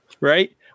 Right